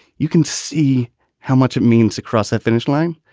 you can see how much it means across the finish line.